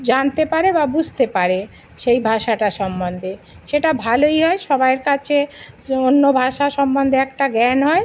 জানতে পারে বা বুঝতে পারে সেই ভাষাটা সম্বন্ধে সেটা ভালোই হয় সবার কাছে অন্য ভাষা সম্বন্ধে একটা জ্ঞান হয়